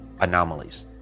anomalies